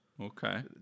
Okay